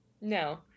No